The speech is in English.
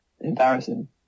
embarrassing